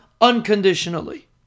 unconditionally